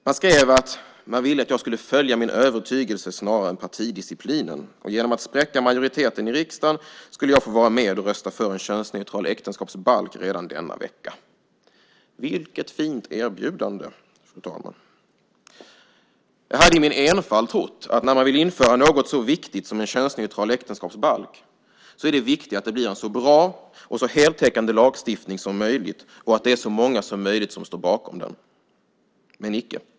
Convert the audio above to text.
Man skrev att man ville att jag skulle följa min övertygelse snarare än partidisciplinen. Genom att spräcka majoriteten i riksdagen skulle jag få vara med och rösta för en könsneutral äktenskapsbalk redan denna vecka. Vilket fint erbjudande, fru talman! Jag hade i min enfald trott att när man vill införa något så viktigt som en könsneutral äktenskapsbalk är det viktigt att det blir en så bra och så heltäckande lagstiftning som möjligt och att det är så många som möjligt som står bakom den. Men icke!